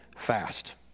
fast